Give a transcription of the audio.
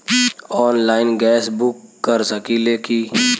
Online gas book कर सकिले की?